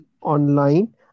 online